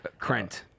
Krent